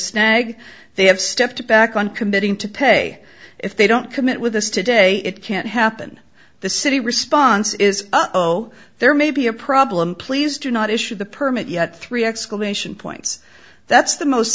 snag they have stepped back on committing to pay if they don't commit with us today it can't happen the city response is oh there may be a problem please do not issue the permit yet three exclamation points that's the most